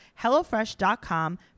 HelloFresh.com